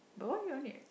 but why you are leave